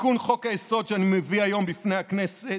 תיקון חוק-היסוד שאני מביא היום לפני הכנסת,